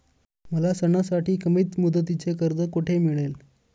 मला सणासाठी कमी मुदतीचे कर्ज कोठे मिळेल?